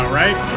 right